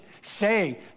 say